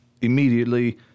immediately